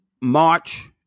March